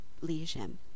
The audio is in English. lesion